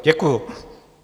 Děkuju.